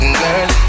girl